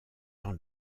dans